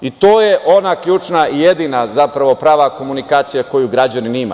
I to je ona ključna i jedina, zapravo, prava komunikacija koju građanin ima.